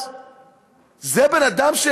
ולא יודע איך זה להוציא כסף מכספומט,